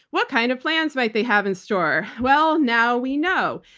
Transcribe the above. what kind of plans might they have in store? well, now we know.